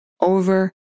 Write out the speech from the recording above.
over